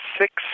six